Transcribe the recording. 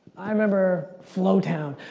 i remember flowtown.